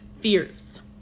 fears